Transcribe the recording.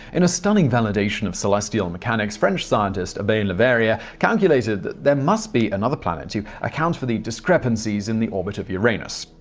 in a stunning validation of celestial mechanics, french scientist urbain le verrier calculated that there must be another planet to account for the discrepancies in the orbit of uranus.